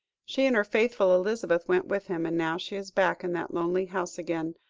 she and her faithful elizabeth went with him, and now she is back in that lonely house again.